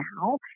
now